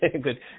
Good